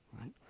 right